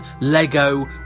Lego